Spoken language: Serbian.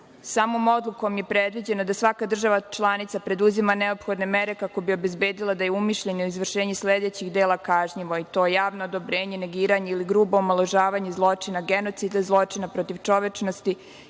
Samom odlukom je predviđeno da svaka država članica preduzima neophodne mere kako bi obezbedila da je umišljeno izvršenje sledećih dela kažnjivo, i to: javno odobrenje, negiranje ili grubo omalovažavanje zločina genocida, zločina protiv čovečnosti